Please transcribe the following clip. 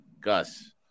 Gus